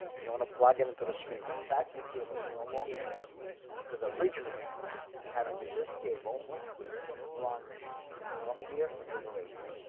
you know want to plug it into the screen. the factory cable you and no longer need to use because originally you had ah this cable run from here into the radio.